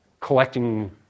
collecting